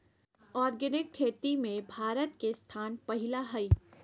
organic खेती में भारत के स्थान पहिला हइ